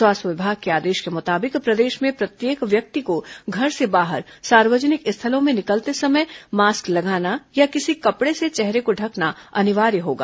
स्वास्थ्य विभाग के आदेश के मुताबिक प्रदेश में प्रत्येक व्यक्ति को घर से बाहर सार्वजनिक स्थलों में निकलते समय मास्क लगाना या किसी कपर्ड से चेहरे को ढकना अनिवार्य होगा